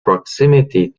proximity